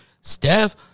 Steph –